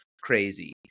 crazy